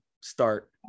start